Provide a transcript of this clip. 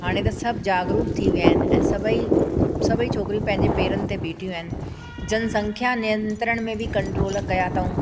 हाणे त सभु जागरूक थी विया आहिनि ऐं सभई सभई छोकिरियूं पंहिंजे पेरनि ते बीठियूं आहिनि जन संख्या नियंत्रण में बि कंट्रोल कया अथऊं